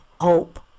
Hope